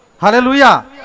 Hallelujah